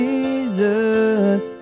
Jesus